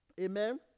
Amen